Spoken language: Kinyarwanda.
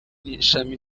n’ishami